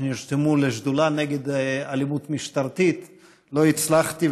שנרשמו לשדולה נגד אלימות משטרתית לא הצלחתי,